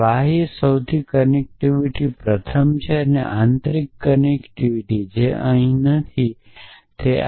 બાહ્ય સૌથી કનેક્ટિવ પ્રથમ છે અને પછી આંતરિક કનેક્ટીવ જે અહીં નથી તેથી